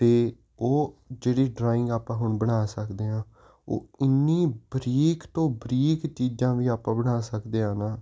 ਅਤੇ ਉਹ ਜਿਹੜੀ ਡਰਾਇੰਗ ਆਪਾਂ ਹੁਣ ਬਣਾ ਸਕਦੇ ਹਾਂ ਉਹ ਇੰਨੀ ਬਰੀਕ ਤੋਂ ਬਰੀਕ ਚੀਜ਼ਾਂ ਵੀ ਆਪਾਂ ਬਣਾ ਸਕਦੇ ਹਾਂ ਨਾ